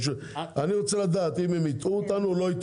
אני רוצה לדעת אם היבואנים הטעו אותנו או לא,